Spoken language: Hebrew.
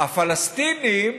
הפלסטינים